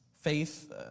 Faith